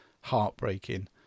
heartbreaking